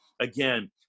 again